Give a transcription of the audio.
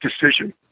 decision